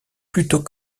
plutôt